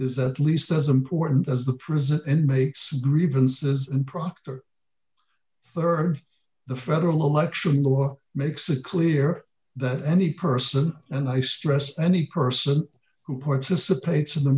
is at least as important as the prison inmates grievances and proctor rd the federal election law makes it clear that any person and i stress any person who participates in the